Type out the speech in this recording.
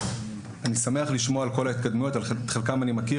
אני שמח לשמוע על ההתקדמויות שאת חלקן אני מכיר